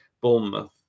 Bournemouth